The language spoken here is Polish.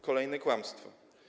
Kolejne kłamstwo.